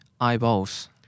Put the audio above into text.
Eyeballs